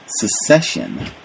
secession